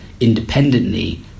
independently